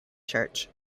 church